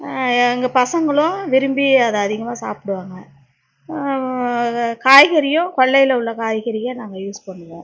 எங்கள் பசங்களும் விரும்பி அதை அதிகமாக சாப்பிடுவாங்க காய்கறியும் கொல்லையில் உள்ள காய்கறியை நாங்கள் யூஸ் பண்ணுவோம்